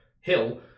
hill